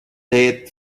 let